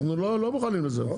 אבל אנחנו לא מוכנים לזה.